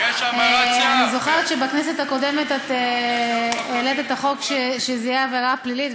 אני זוכרת שבכנסת הקודמת את העלית את החוק שזה יהיה עבירה פלילית,